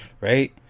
Right